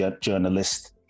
journalist